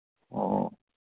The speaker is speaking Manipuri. ꯑꯣ